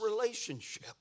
relationship